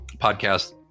podcast